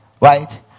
right